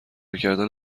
کردن